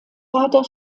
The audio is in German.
vater